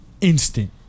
Instant